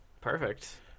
perfect